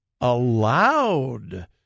allowed